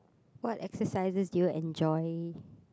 what exercises do you enjoy